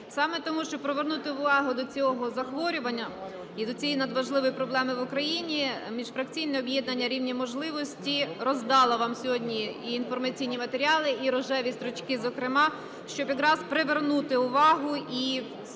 Саме тому мушу привернути увагу до цього захворювання і до цієї надважливої проблеми в Україні. Міжфракційне об'єднання "Рівні можливості" роздало вам сьогодні і інформаційні матеріали, і рожеві стрічки, зокрема, щоб відразу привернути увагу із